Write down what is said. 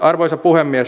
arvoisa puhemies